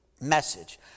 message